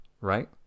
right